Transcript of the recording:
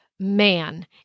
man